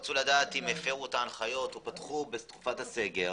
רצו לדעת אם הפרו את ההנחיות או פתחו בתקופת הסגר.